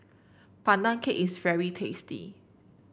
Pandan Cake is very tasty